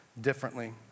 differently